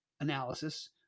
analysis